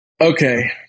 Okay